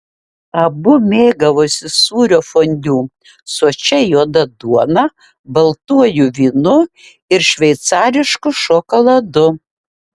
abu mėgavosi sūrio fondiu sočia juoda duona baltuoju vynu ir šveicarišku šokoladu